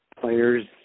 players